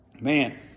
Man